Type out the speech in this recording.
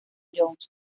jones